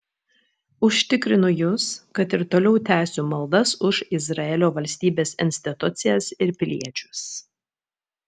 užtikrinu jus kad ir toliau tęsiu maldas už izraelio valstybės institucijas ir piliečius